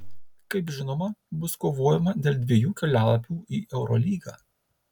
kaip žinoma bus kovojama dėl dviejų kelialapių į eurolygą